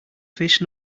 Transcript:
fish